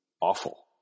awful